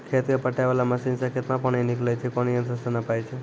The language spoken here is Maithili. खेत कऽ पटाय वाला मसीन से केतना पानी निकलैय छै कोन यंत्र से नपाय छै